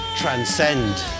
transcend